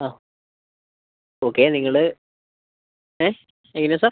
ആ ഓക്കേ നിങ്ങൾ ഏഹ് എങ്ങനെ സർ